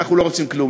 אנחנו לא רוצים כלום,